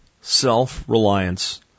self-reliance